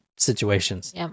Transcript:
situations